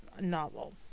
novel